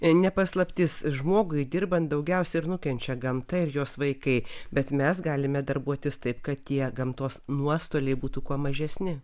ne paslaptis žmogui dirbant daugiausia nukenčia gamta ir jos vaikai bet mes galime darbuotis taip kad tie gamtos nuostoliai būtų kuo mažesni